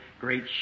Great